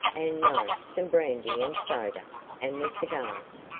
and no, some brandy and soda and the cigars.